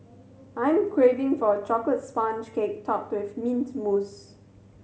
I'm craving for a chocolate sponge cake topped with mint mousse